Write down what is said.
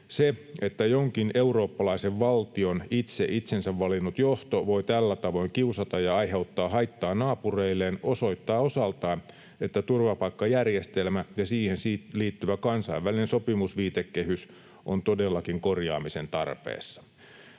Se, että jonkin eurooppalaisen valtion itse itsensä valinnut johto voi tällä tavoin kiusata ja aiheuttaa haittaa naapureilleen, osoittaa osaltaan, että turvapaikkajärjestelmä ja siihen liittyvä kansainvälinen sopimusviitekehys ovat todellakin korjaamisen tarpeessa.